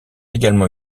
également